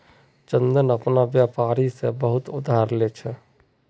चंदन अपना व्यापारी से बहुत उधार ले छे